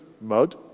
mud